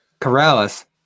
Corrales